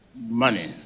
money